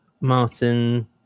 Martin